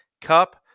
Cup